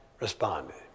responded